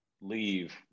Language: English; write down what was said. leave